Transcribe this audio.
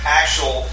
actual